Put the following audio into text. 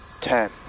ten